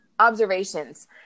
observations